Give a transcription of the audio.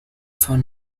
phone